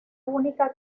única